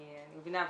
אני מבינה,